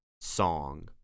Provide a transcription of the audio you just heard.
song